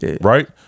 right